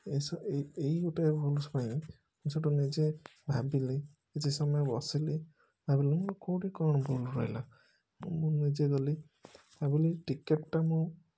ଏସବୁ ଏଇ ଗୋଟେ ଭୁଲ ପାଇଁ ମୁଁ ସେଇଠୁ ନିଜେ ଭାବିଲି କିଛି ସମୟ ବସିଲି ଭାବିଲି କେଉଁଠି କ'ଣ ଭୁଲ ରହିଲା ମୁଁ ନିଜେ ଗଲି ଭାବିଲି ଟିକେଟ୍ଟା ମୁଁ